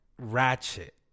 ratchet